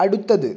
അടുത്തത്